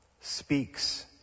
speaks